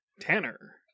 Tanner